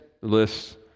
lists